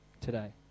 today